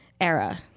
era